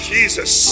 Jesus